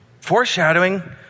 Foreshadowing